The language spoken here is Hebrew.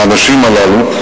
לאנשים הללו,